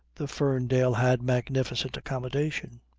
the ferndale had magnificent accommodation.